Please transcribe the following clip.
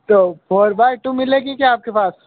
तो four by two मिलेगी क्या आपके पास